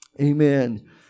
Amen